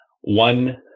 one